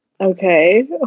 Okay